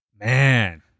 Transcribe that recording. Man